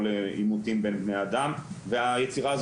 או לעימותים בין בני אדם והיצירה הזו